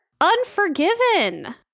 Unforgiven